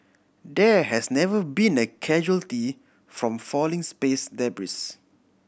there has never been a casualty from falling space debris